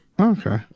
Okay